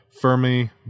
Fermi